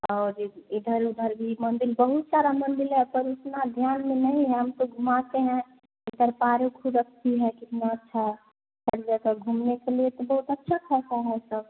और इधर उधर भी मंदिर बहुत सारे मंदिर हैं पर उतना ध्यान में नहीं है हम तो घुमाते हैं सरकारी ख़ुद कितना अच्छा सब घुमने के लिए तो बहुत अच्छा ख़ासा है सब